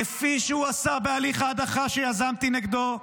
כפי שהוא עשה בהליך ההדחה שיזמתי נגדו,